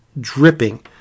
dripping